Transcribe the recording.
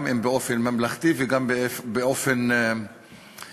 גם אם באופן ממלכתי וגם באופן פרטיזני,